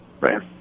Right